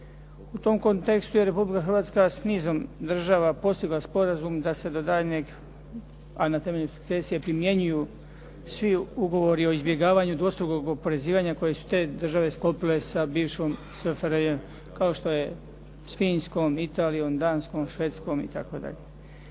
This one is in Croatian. U tom kontekstu je Republika Hrvatska s nizom država postigla sporazum da se do daljnjeg a na temelju sukcesije primjenjuju svi ugovori o izbjegavanju dvostrukog oporezivanja koje su te države sklopile sa bivšom SFRJ kao što je s Finskom, Italijom, Danskom, Švedskom itd.